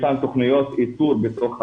יש לנו תוכניות איתור בתוך הרשת.